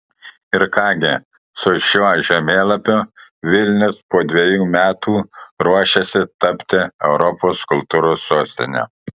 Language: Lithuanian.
ir ką gi su šiuo žemėlapiu vilnius po dviejų metų ruošiasi tapti europos kultūros sostine